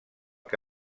que